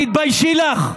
תתביישי לך.